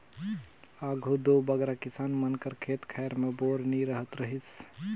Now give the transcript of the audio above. आघु दो बगरा किसान मन कर खेत खाएर मे बोर नी रहत रहिस